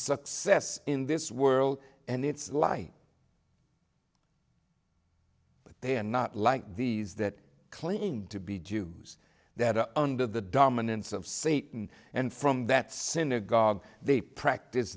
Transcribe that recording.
success in this world and its light they are not like these that claimed to be due that are under the dominance of satan and from that synagogue they practice